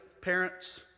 parents